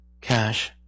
cash